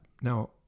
Now